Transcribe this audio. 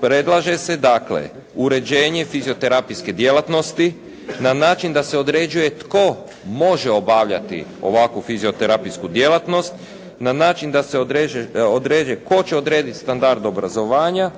predlaže se dakle, uređenje fizioterapijske djelatnosti, na način da se određuje tko može obavljati ovakvu fizioterapijsku djelatnost na način da se odredi tko će odrediti standard obrazovanja,